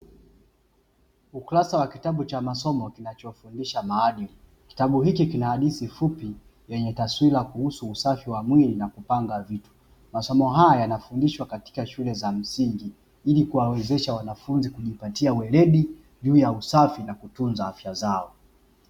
Ukurasa wa kitabu cha masomo kinachofundisha maadili. Kitabu hiki kina hadithi fupi zenye taswira kuhusu usafi wa mwili na kupanga vitu. Masomo haya yanafundishwa katika shule za msingi ili kuwawezesha wanafunzi kujipatia weledi juu ya usafi na kutunza afya zao.